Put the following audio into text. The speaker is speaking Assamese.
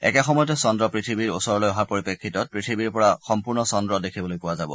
একে সময়তেই চন্দ্ৰ পৃথিৱীৰ যথেষ্ট ওচৰলৈ অহাৰ পৰিপ্ৰেক্ষিতত পৃথিৱীৰ পৰা সম্পূৰ্ণ চন্দ্ৰ দেখিবলৈ পোৱা যাব